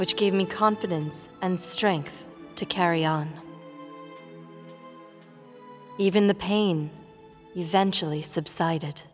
which gave me confidence and strength to carry on even the pain eventually subsided